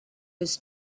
his